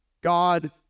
God